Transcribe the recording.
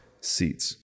seats